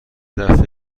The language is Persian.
دفعه